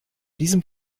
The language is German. diesem